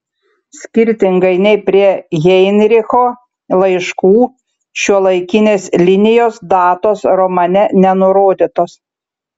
skirtingai nei prie heinricho laiškų šiuolaikinės linijos datos romane nenurodytos